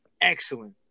excellent